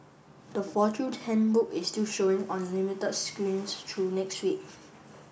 the Fortune Handbook is still showing on limited screens through next week